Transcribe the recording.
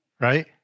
right